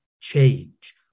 change